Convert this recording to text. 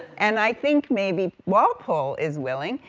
and i think maybe walpole is willing,